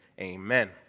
Amen